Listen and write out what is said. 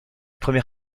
premier